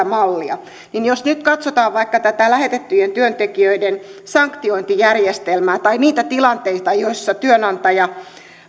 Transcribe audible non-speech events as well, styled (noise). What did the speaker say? (unintelligible) mallia niin jos nyt katsotaan vaikka tätä lähetettyjen työntekijöiden sanktiointijärjestelmää tai niitä tilanteita joissa työnantaja